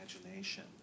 imagination